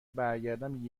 برگردم